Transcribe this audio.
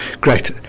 Great